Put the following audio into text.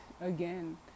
again